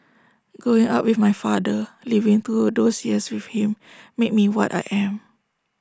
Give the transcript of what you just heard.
growing up with my father living through those years with him made me what I am